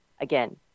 again